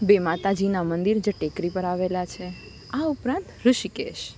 બે માતાજીના મંદિર જે ટેકરી પર આવેલા છે આ ઉપરાંત ઋષિકેશ